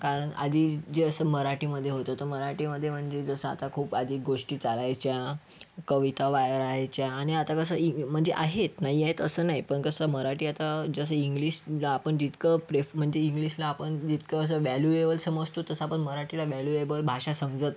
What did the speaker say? कारण आधी जे असं मराठीमध्ये होत होतं मराठीमध्ये म्हणजे जसं आता खूप आधी गोष्टी चालायच्या कविता रहायच्या आणि आता कसं म्हणजे आहेत नाही आहेत असं नाही पण कसं मराठी आता जसं इंग्लिशला आपण जितकं प्रेफ म्हणजे इंग्लिशला आपण जितकं असं व्हॅल्युएबल समजतो तसं आपण मराठीला व्हॅल्युएबल भाषा समजत नाही